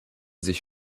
sich